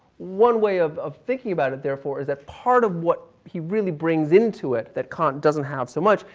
one way of, of thinking about it therefore, is that part of what he really brings into it that cant doesn't have so much,